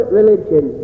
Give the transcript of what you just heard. religion